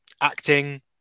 acting